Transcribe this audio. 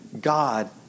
God